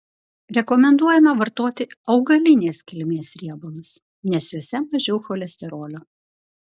rekomenduojama vartoti augalinės kilmės riebalus nes juose mažiau cholesterolio